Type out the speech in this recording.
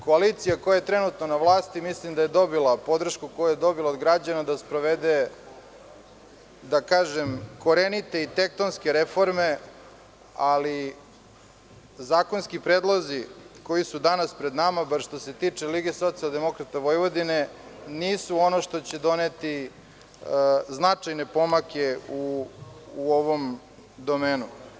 Koalicija koja je trenutno na vlasti mislim da je dobila podršku koju je dobila od građana da sprovede, da kažem, korenite i tektonske reforme, ali zakonski predlozi, koji su danas pred nama, što se tiče Lige socijaldemokratije Vojvodine, nisu ono što će doneti značajne pomake u ovom domenu.